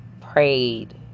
prayed